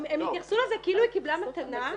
הם התייחסו לזה כאילו היא קיבלה מתנה.